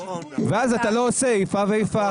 ואז אתה לא עושה איפה ואיפה.